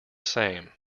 same